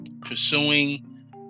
pursuing